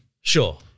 Sure